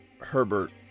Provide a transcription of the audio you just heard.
Herbert